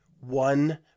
one